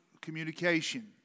Communication